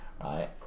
right